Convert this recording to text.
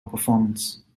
performance